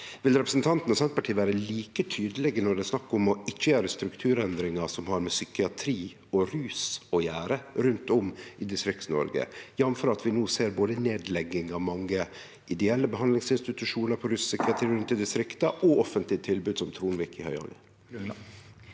Vil representanten og Senterpartiet vere like tydelege når det er snakk om å ikkje gjere strukturendringar som har med psykiatri og rus å gjere rundt om i Distrikts-Noreg, jf. at vi no ser nedlegging både av mange ideelle behandlingsinstitusjonar på rus- og psykiatriområdet rundt i distrikta og av offentlege tilbod, som Tronvik i Høyanger?